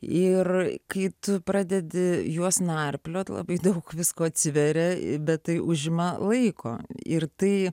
ir kai tu pradedi juos narplioti labai daug visko atsiveria bet tai užima laiko ir tai